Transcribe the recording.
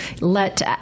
let